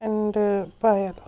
and Payal